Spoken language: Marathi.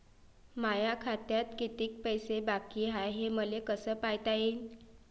माया खात्यात कितीक पैसे बाकी हाय हे मले कस पायता येईन?